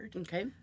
Okay